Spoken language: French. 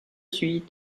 suis